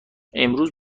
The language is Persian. امروزه